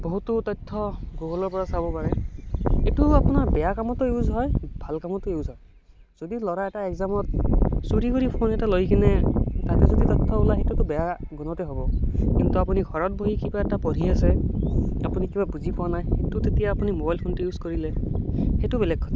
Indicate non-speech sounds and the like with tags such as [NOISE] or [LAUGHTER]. বহুতো তথ্য গুগুলৰপৰা চাব পাৰে এইটো আপোনাৰ বেয়া কামতো ইউজ হয় ভাল কামতো ইউজ হয় যদি ল'ৰাএটা একজামত চুৰি কৰি ফোন এটা লৈকেনে [UNINTELLIGIBLE] সেইটোক বেয়া কামতে হ'ব কিন্তু আপুনি ঘৰত বহি কিবা এটা পঢ়ি আছে আপুনি কিবা বুজি পোৱা নাই সেটো তেতিয়া আপুনি মোবাইলটো ইউজ কৰিলে সেইটো বেলেগ কথা